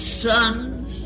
sons